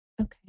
okay